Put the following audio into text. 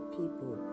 people